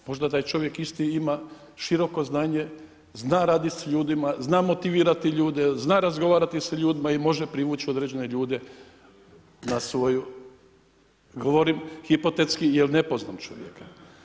Možda da je čovjek isti ima široko znanje, zna raditi s ljudima, zna motivirati ljude, zna razgovarati sa ljudima i može privuć određene ljude na svoju, govorim hipotetski jel ne poznam čovjeka.